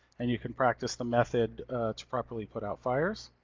and you can practice the method to properly put out fires.